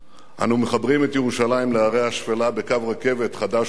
אנו מחברים את ירושלים לערי השפלה בקו רכבת חדש ומהיר,